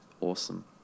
awesome